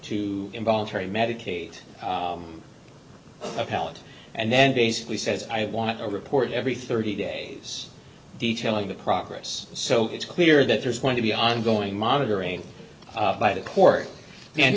to involuntary medicate of talent and then basically says i want a report every thirty days detailing the progress so it's clear that there's going to be ongoing monitoring by the court and